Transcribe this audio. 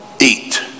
eat